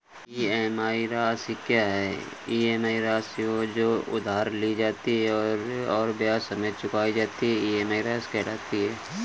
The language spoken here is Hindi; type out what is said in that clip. ई.एम.आई राशि क्या है?